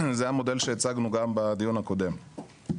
זה המודל שהצגנו גם בדיון הקודם.